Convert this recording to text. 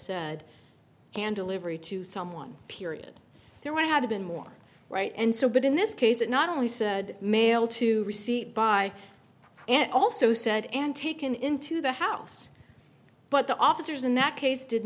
said and delivery to someone period there would have been more right and so but in this case it not only said mail to see by and also said and taken into the house but the officers in that case did